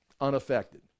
unaffected